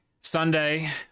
Sunday